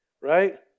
Right